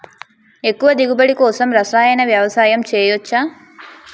ఎక్కువ దిగుబడి కోసం రసాయన వ్యవసాయం చేయచ్చ?